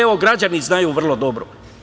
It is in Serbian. Evo, građani znaju vrlo dobro.